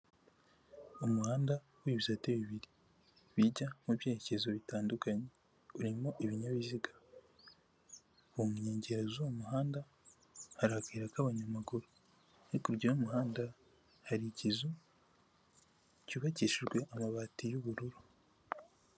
Umuhanda w'ibisate bibiri. Bijya mu byerekezo bitandukanye. Urimo ibinyabiziga. Mu nkengero z'uwo muhanda, hari akayira k'abanyamaguru. Hakurya y'umuhanda, hari ikizu cyubakishijwe amabati y'ubururu.